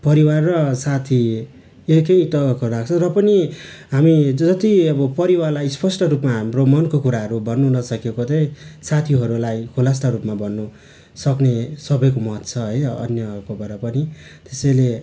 परिवार र साथी एकै त कडा छ र पनि हामी जति अब परिवारलाई स्पष्ट रूपमा हाम्रो मनको कुराहरू भन्नु नसकेको त्यही साथीहरूलाई खुलस्त रूपमा भन्नुसक्ने सबैको मत छ है अन्यको बराबरी त्यसैले